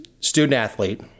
student-athlete